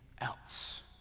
else